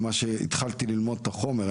והתחלתי ללמוד את החומר,